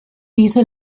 diese